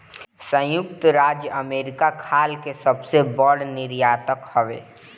संयुक्त राज्य अमेरिका खाल के सबसे बड़ निर्यातक हवे